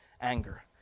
anger